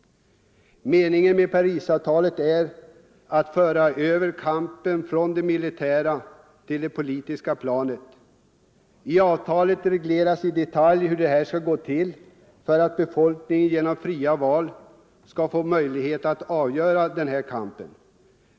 Meningen med Parisavtalet är att föra över kampen från det militära till det politiska planet. I avtalet regleras i detalj hur detta skall gå till för att befolkningen genom fria val skall få möjlighet att avgöra kampen.